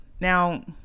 Now